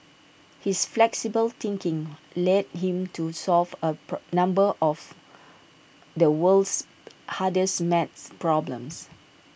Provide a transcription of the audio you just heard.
his flexible thinking led him to solve A per number of the world's hardest maths problems